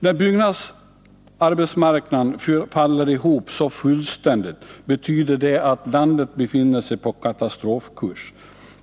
När byggarbetsmarknaden faller ihop så fullständigt betyder det att landet befinner sig på katastrofkurs.